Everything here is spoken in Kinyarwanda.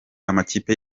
amakipe